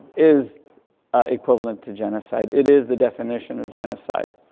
is equivalent to genocide, it is the definition of genocide.